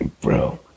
bro